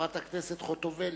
חברת הכנסת חוטובלי.